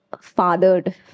fathered